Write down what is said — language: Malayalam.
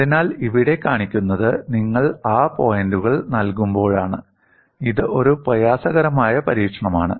അതിനാൽ ഇവിടെ കാണിക്കുന്നത് നിങ്ങൾ ആ പോയിന്റുകൾ നൽകുമ്പോഴാണ് ഇത് ഒരു പ്രയാസകരമായ പരീക്ഷണമാണ്